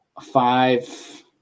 five